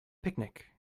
picnic